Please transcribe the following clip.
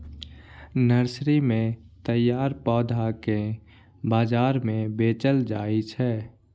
nursery मे तैयार पौधा कें बाजार मे बेचल जाइ छै